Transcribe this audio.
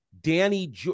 Danny